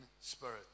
spirit